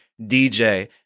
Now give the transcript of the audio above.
DJ